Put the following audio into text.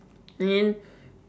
ya